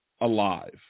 alive